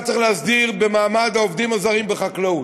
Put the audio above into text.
על דבר שהיה צריך להסדיר במעמד העובדים הזרים בחקלאות.